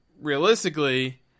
Realistically